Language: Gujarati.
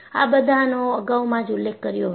આ બધાનો અગાઉમાં જ ઉલ્લેખ કર્યો હતો